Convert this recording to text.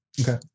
okay